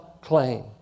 claim